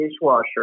dishwasher